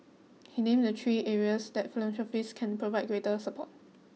he named the three areas that Philanthropists can provide greater support